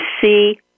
see